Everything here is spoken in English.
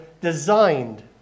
designed